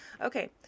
Okay